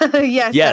Yes